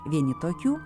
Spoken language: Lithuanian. vieni tokių